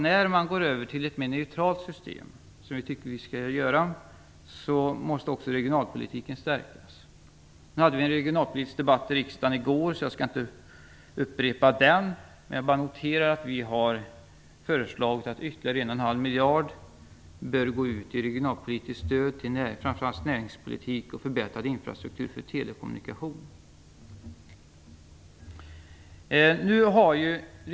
När man går över till ett mer neutralt system, som vi tycker att man skall göra, måste därför regionalpolitiken stärkas. Vi hade en regionalpolitisk debatt i riksdagen i går, och jag skall inte upprepa den. Jag noterar bara att vi har föreslagit att ytterligare 11⁄2 miljard bör gå ut i regionalpolitiskt stöd till framför allt näringspolitik och förbättrad infrastruktur för telekommunikation.